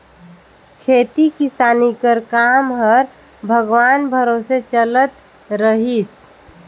खेती किसानी कर काम हर भगवान भरोसे चलत रहिस